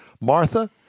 Martha